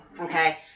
Okay